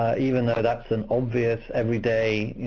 even though that's an obvious everyday